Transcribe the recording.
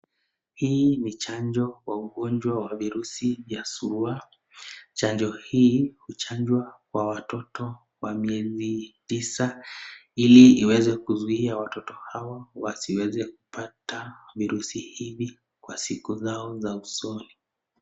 Hii ni chanjo wa ugonjwa wa virusi ya suruwa. Chanjo hii uchanjwa kwa watoto wa miezi tisa ili iweze kusuia watoto hawa wasiweze kupata vizuri hivi kwa siku zao za usoni.